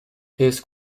his